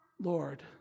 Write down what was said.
Lord